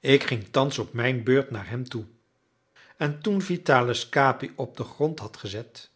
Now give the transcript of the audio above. ik ging thans op mijn beurt naar hem toe en toen vitalis capi op den grond had gezet